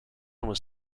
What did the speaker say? was